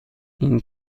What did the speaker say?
این